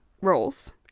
roles